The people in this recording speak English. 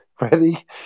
ready